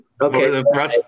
okay